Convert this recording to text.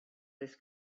this